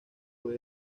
fue